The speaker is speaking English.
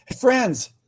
Friends